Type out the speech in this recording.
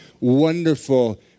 wonderful